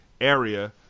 area